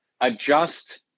adjust